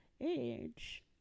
age